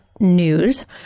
News